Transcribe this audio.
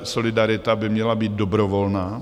Solidarita by měla být dobrovolná.